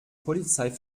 polizei